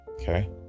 Okay